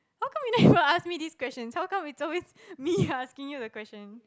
how come you never ask me these questions how come it's always me asking these questions